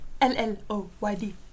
L-L-O-Y-D